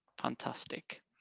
Fantastic